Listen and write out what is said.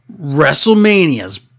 Wrestlemania's